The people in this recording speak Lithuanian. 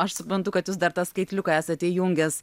aš suprantu kad jūs dar tą skaitliuką esate įjungęs